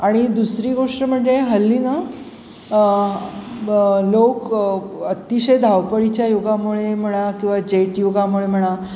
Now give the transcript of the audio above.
आणि दुसरी गोष्ट म्हणजे हल्ली ना लोक अतिशय धावपळीच्या युगामुळे किंवा जेट युगामुळे म्हणा